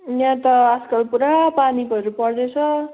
यहाँ त आजकल पुरा पानीहरू पर्दैछ